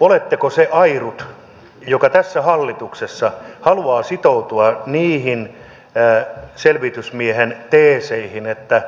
oletteko se airut joka tässä hallituksessa haluaa sitoutua niihin selvitysmiehen teeseihin että